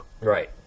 Right